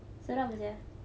seram sia